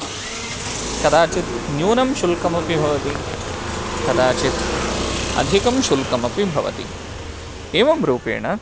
कदाचित् न्यूनं शुल्कमपि भवति कदाचित् अधिकं शुल्कमपि भवति एवं रूपेण